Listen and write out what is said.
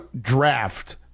draft